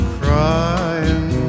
crying